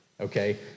okay